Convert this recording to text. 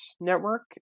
Network